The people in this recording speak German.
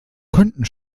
konnten